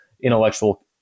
intellectual